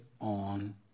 on